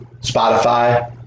Spotify